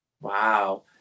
Wow